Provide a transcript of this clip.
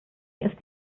ist